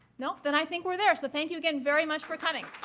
no? then i think we're there. so thank you again very much for coming.